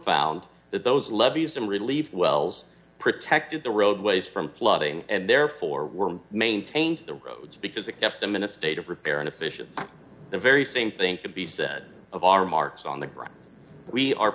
found that those levees and relief wells protected the roadways from flooding and therefore were maintained the roads because it kept them in a state of repair and efficiency the very same thing could be said of our marks on the ground we are